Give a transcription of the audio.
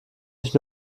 nicht